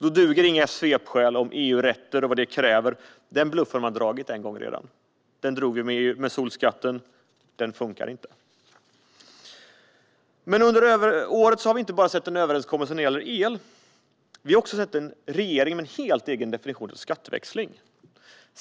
Då duger inga svepskäl om EU-rätt och vad den kräver. Den bluffen har man redan dragit en gång. Den drog man med solskatten, och den funkar inte. Under året har vi inte bara sett en överenskommelse när det gäller el; vi har också sett en regering med en helt egen definition av skatteväxling.